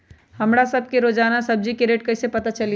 हमरा सब के रोजान सब्जी के रेट कईसे पता चली?